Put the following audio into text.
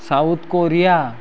South Korea